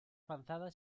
avanzada